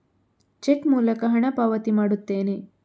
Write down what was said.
check ಮೂಲಕ ಹಣ ಪಾವತಿ ಮಾಡುತ್ತೇನೆ